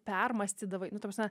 permąstydavai nu ta prasme